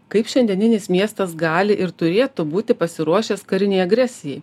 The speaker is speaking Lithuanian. kaip šiandieninis miestas gali ir turėtų būti pasiruošęs karinei agresijai